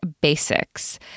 basics